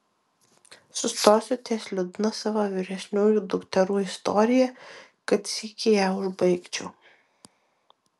sustosiu ties liūdna savo vyresniųjų dukterų istorija kad sykį ją užbaigčiau